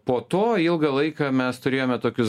po to ilgą laiką mes turėjome tokius